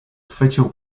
chwycił